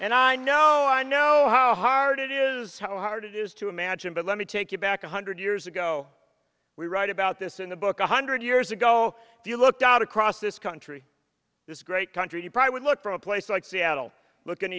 and i know i know how hard it is how hard it is to imagine but let me take you back a hundred years ago we write about this in the book a hundred years ago if you looked out across this country this great country you probably would look for a place like seattle looking